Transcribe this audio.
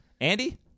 Andy